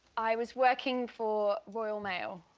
i was working for royal mail.